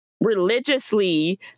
religiously